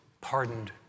pardoned